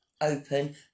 open